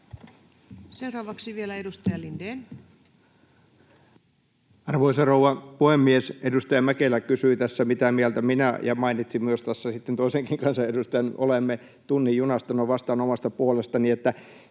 Seuraavaksi vielä edustaja Lindén. Arvoisa rouva puhemies! Edustaja Mäkelä kysyi tässä, mitä mieltä minä, ja mainitsi tässä toisenkin kansanedustajan, olemme tunnin junasta. No, vastaan omasta puolestani, että